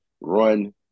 Run